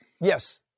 Yes